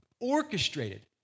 orchestrated